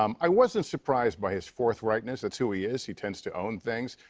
um i wasn't surprised by his forthrightness. that's who he is. he tends to own things.